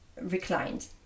reclined